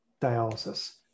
dialysis